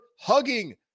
hugging